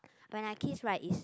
when I kiss right is